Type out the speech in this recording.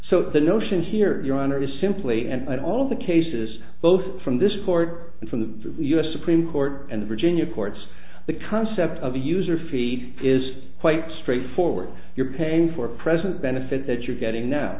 so the notion here your honor is simply and all of the cases both from this court and from the u s supreme court and the virginia courts the concept of a user fee is quite straightforward you're paying for a present benefit that you're getting now